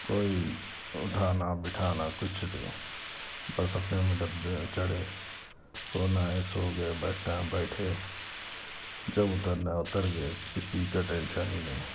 کوئی اٹھانا بٹھانا کچھ نہیں بس اپنے ہمیں ڈبے میں چڑھے سونا ہے سو گئے بیٹھنا ہے بیٹھے جب اترنا ہے اتر گئے کسی کا ٹینشن ہی نہیں